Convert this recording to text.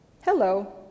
hello